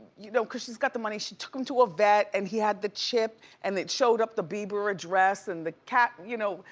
you know cause she's got the money, she took him to a vet and he had the chip and it showed up the bieber address and the cat, you know.